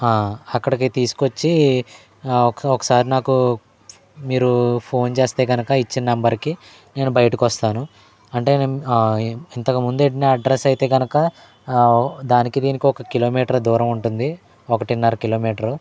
అక్కడికి తీసుకొచ్చి ఒకసారి నాకు మీరు ఫోన్ చేస్తే గనుక ఇచ్చిన నెంబర్కి నేను బయటకొస్తాను అంటే నేను ఇంతకుముందు పెట్టిన అడ్రస్ అయితే గనుక దానికి దీనికి ఒక కిలోమీటర్ దూరం ఉంటుంది ఒకటిన్నర కిలోమీటరు